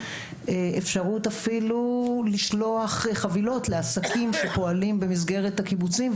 אפשרות אפילו לשלוח חבילות לעסקים שפועלים במסגרת הקיבוצים,